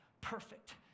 perfect